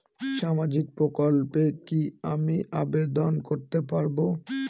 সামাজিক প্রকল্পে কি আমি আবেদন করতে পারবো?